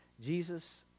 Jesus